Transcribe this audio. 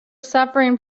suffering